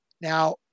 Now